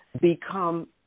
become